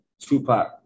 Tupac